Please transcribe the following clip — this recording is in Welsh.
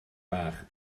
bach